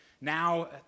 now